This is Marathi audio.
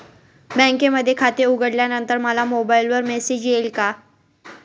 बँकेमध्ये खाते उघडल्यानंतर मला मोबाईलवर मेसेज येईल का?